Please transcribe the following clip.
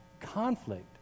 conflict